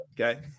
okay